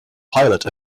pilot